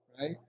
right